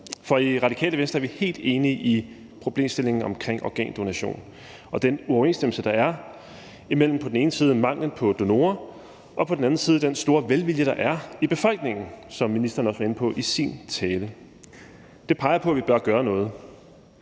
For i Radikale Venstre er vi helt enige i forhold til problemstillingen omkring organdonation, altså den uoverensstemmelse, der er, mellem på den ene side manglen på donorer og på den anden side den store velvilje, der er i befolkningen, hvilket ministeren også var inde på i sin tale. Det peger på, at vi bør gøre noget.